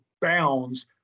bounds